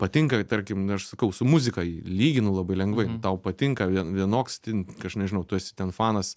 patinka tarkim aš sakau su muzika lyginu labai lengvai tau patinka vie vienoks ten aš nežinau tu esi ten fanas